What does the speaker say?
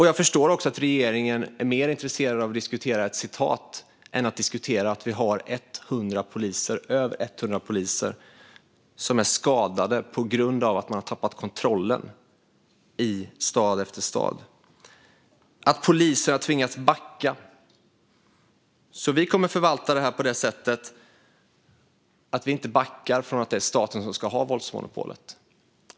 Jag förstår också att regeringen är mer intresserad av att diskutera ett citat än att diskutera att vi har över hundra poliser som är skadade på grund av att man har tappat kontrollen i stad efter stad så att poliser har tvingats backa. Vi kommer därför att förvalta detta på så sätt att vi inte backar från att det är staten som ska ha våldsmonopolet.